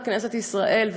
בכנסת ישראל,